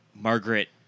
Margaret